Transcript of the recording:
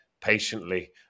patiently